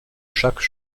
chaque